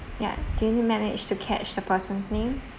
ya did you manage to catch the person's name